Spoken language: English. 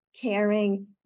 caring